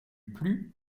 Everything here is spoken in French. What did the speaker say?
plut